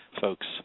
folks